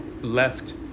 left